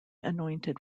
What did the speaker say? anointed